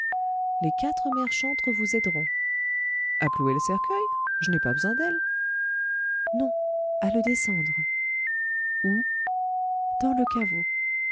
les quatre mères chantres vous aideront à clouer le cercueil je n'ai pas besoin d'elles non à le descendre où dans le caveau